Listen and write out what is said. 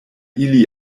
ili